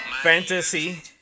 Fantasy